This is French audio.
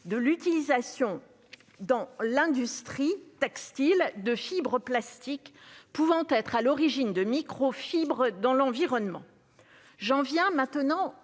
de l'utilisation dans l'industrie textile de fibres de plastique pouvant être à l'origine de microfibres dans l'environnement. J'en viens maintenant